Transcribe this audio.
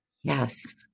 Yes